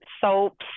soaps